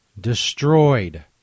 Destroyed